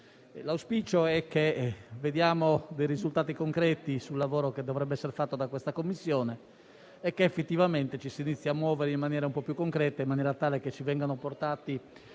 l'auspicio è che vediamo risultati concreti del lavoro che dovrebbe essere fatto dalla stessa e che effettivamente ci si inizi a muovere in maniera un po' più concreta, in modo tale che i risultati vengano portati